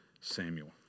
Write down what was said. Samuel